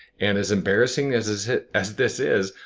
and as embarrassing as as it as this is,